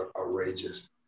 outrageous